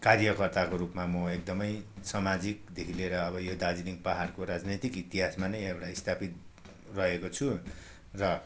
कार्यकर्ताको रूपमा म एकदमै समाजिकदेखि लिएर अब यो दार्जिलिङ पाहाडको राजनैतिक इतिहासमा नै एउटा स्थापित रहेको छु र